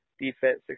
defense